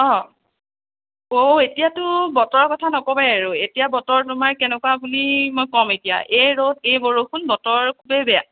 অঁ অ' এতিয়াটো বতৰৰ কথা নকবাই আৰু এতিয়া বতৰ তোমাৰ কেনেকুৱা বুলি মই ক'ম এতিয়া এই ৰ'দ এই বৰষুণ বতৰ খুবেই বেয়া